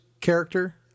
character